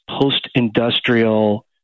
post-industrial